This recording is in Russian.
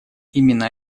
именно